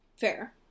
Fair